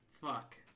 fuck